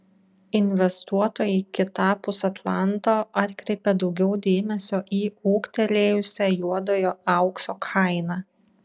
investuotojai kitapus atlanto atkreipė daugiau dėmesio į ūgtelėjusią juodojo aukso kainą